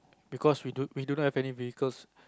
because we do we do not have any vehicles